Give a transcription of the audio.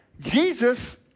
Jesus